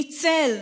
ניצל,